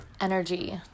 energy